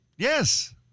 Yes